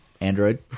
Android